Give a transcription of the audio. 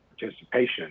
participation